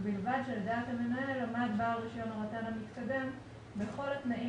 ובלבד שלדעת המנהל עמד בעל רישיון הרט"ן המתקדם בכל התנאים